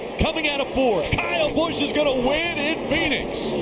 coming out of four. kyle busch is going to win in phoenix!